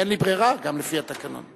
אין לי ברירה, גם לפי התקנון.